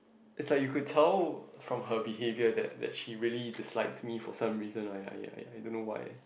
it's like you could tell from her behaviour that that she really dislike me for for some reason I I I don't know why